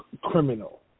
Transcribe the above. criminal